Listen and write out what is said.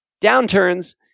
downturns